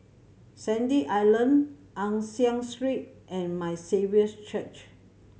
Sandy Island Ann Siang Three and My Saviour's Church